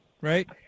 right